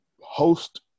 host